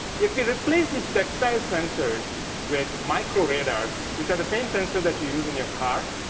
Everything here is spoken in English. if we replace these textile sensors with micro radars. which are the same sensor that you use in your car,